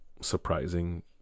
surprising